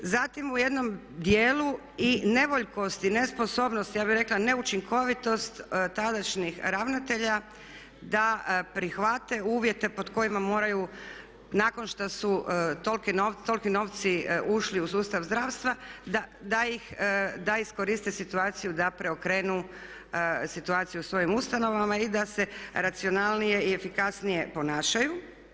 Zatim u jednom dijelu i nevoljkosti i nesposobnosti, ja bih rekla neučinkovitost tadašnjih ravnatelja da prihvate uvjete pod kojima moraju nakon što su toliki novci ušli u sustav zdravstva da iskoriste situaciju da preokrenu situaciju u svojim ustanovama i da se racionalnije i efikasnije ponašaju.